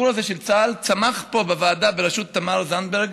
הסיפור הזה של צה"ל צמח פה בוועדה בראשות תמר זנדברג.